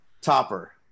Topper